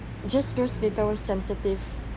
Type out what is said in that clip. just those little sensitive